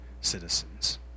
citizens